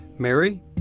Mary